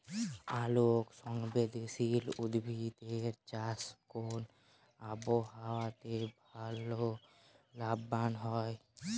আলোক সংবেদশীল উদ্ভিদ এর চাষ কোন আবহাওয়াতে ভাল লাভবান হয়?